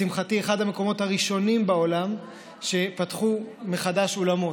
לשמחתי זה אחד המקומות הראשונים בעולם שפתחו בו מחדש אולמות,